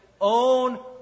own